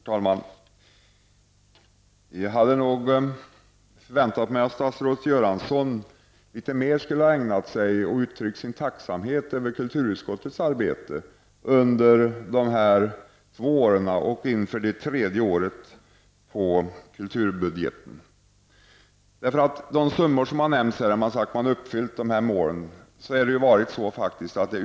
Herr talman! Jag hade förväntat mig att statsrådet Göransson litet mer skulle ha uttryckt sin tacksamhet över kulturutskottets arbete under dessa två år och inför det tredje året på kulturbudgeten. Utskottet har stått för en stor del av arbetet med att uppfylla målen och dessa summor som har nämnts.